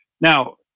Now